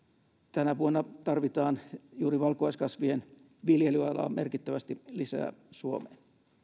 tänä vuonna tarvitaan juuri valkuaiskasvien viljelyalaa merkittävästi lisää suomeen